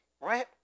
right